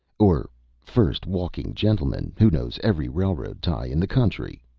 or first walking gentleman, who knows every railroad tie in the country?